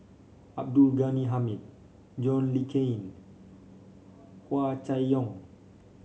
Abdul Ghani Hamid John Le Cain Hua Chai Yong